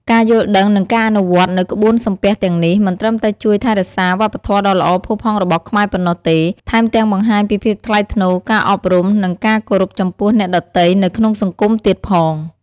ការយល់ដឹង និងការអនុវត្តនូវក្បួនសំពះទាំងនេះ មិនត្រឹមតែជួយថែរក្សាវប្បធម៌ដ៏ល្អផូរផង់របស់ខ្មែរប៉ុណ្ណោះទេ ថែមទាំងបង្ហាញពីភាពថ្លៃថ្នូរ ការអប់រំ និងការគោរពចំពោះអ្នកដទៃនៅក្នុងសង្គមទៀតផង។